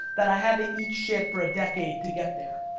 that i had to eat shit for a decade to get there,